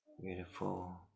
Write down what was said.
Beautiful